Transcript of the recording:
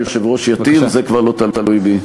אם היושב-ראש יתיר, זה כבר לא תלוי בי.